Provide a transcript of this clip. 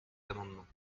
amendements